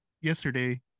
Yesterday